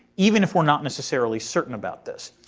even if we're not necessarily certain about this.